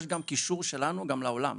יש גם קישור שלנו גם לעולם,